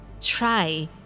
Try